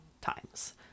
times